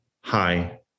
hi